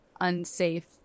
unsafe